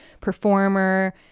performer